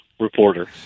reporter